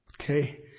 Okay